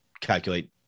calculate